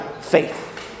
faith